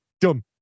Done